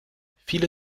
viele